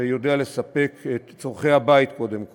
שיודע לספק את צורכי הבית, קודם כול.